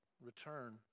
return